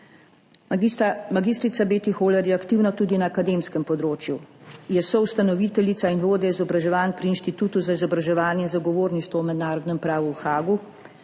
Mag. Beti Hohler je aktivna tudi na akademskem področju. Je soustanoviteljica in vodja izobraževanj pri Inštitutu za izobraževanje in zagovorništvo v mednarodnem pravu v Haagu.